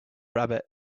rabbit